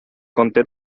conté